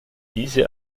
diese